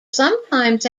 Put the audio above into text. sometimes